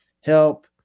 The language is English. help